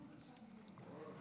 גברתי היושבת-ראש,